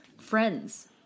friends